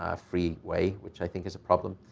ah free way, which i think is a problem.